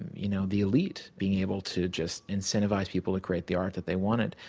you know the elite being able to just incentivize people to create the art that they wanted.